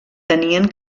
tenien